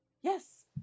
Yes